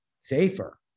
safer